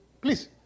Please